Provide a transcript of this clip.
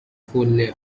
fully